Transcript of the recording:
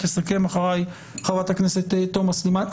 ותסכם אחריי חה"כ תומא סלימאן,